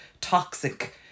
toxic